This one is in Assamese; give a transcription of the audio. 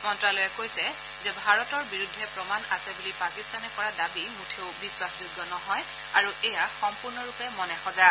মন্তালয়ে কৈছে যে ভাৰতৰ বিৰুদ্ধে প্ৰমাণ আছে বুলি পাকিস্তানে কৰা দাবী মুঠেও বিশ্বাসযোগ্য নহয় আৰু এয়া সম্পূৰ্ণৰূপে মনেসজা